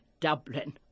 Dublin